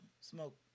Smoke